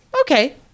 Okay